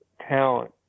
talent